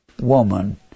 woman